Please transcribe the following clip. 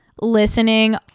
listening